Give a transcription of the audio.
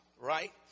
right